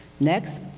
next,